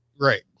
right